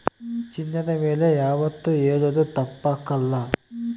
ಚಿನ್ನದ ಬೆಲೆ ಯಾವಾತ್ತೂ ಏರೋದು ತಪ್ಪಕಲ್ಲ